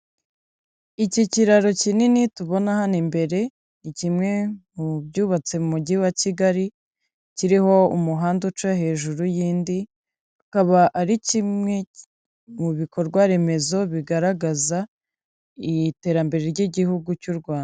Iki kiraro kinini tubona hano imbere ni kimwe mu byubatse mu mujyi wa kigali, kiriho umuhanda uca hejuru y'indi kikaba ari kimwe mu bikorwaremezo bigaragaza iterambere ry'Igihugu cy'u Rwanda.